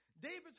David's